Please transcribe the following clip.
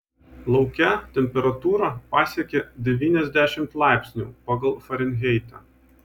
lauke temperatūra pasiekė devyniasdešimt laipsnių pagal farenheitą